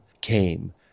came